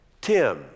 Tim